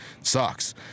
Sucks